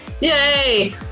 Yay